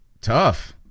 tough